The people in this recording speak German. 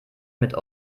mit